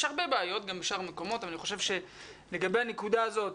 יש הרבה בעיות גם בשאר המקומות אבל אני חושב שלגבי הנקודה הזאת,